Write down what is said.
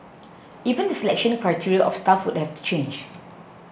even the selection criteria of staff would have to change